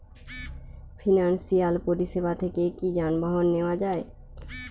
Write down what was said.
Financial পরিসেবা থেকে কি যানবাহন নেওয়া যায়?